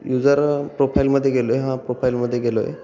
user प्रोफाईलमध्ये गेलो आहे हां प्रोफाईलमध्ये गेलो आहे